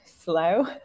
slow